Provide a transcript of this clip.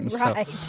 Right